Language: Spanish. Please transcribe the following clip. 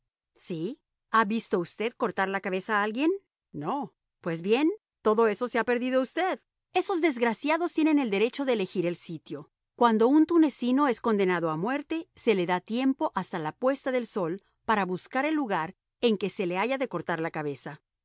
ha visto usted cortar la cabeza a alguien no pues bien todo eso se ha perdido usted esos desgraciados tienen el derecho de elegir el sitio cuando un tunecino es condenado a muerte se le da tiempo hasta la puesta del sol para buscar el lugar en que se le haya de cortar la cabeza